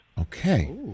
Okay